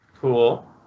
Cool